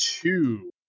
Two